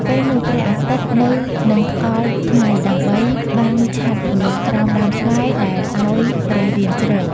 ពេលនោះព្រះអាទិត្យនៅនឹងថ្កល់ថ្ងៃ ដើម្បីបាំងឆ័ត្រម្លប់ក្រោមដើមស្វាយដែលឱ្យព្រះរាមជ្រក។